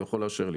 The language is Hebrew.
הוא יכול לאשר לי.